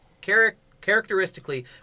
characteristically